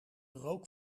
rook